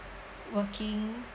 working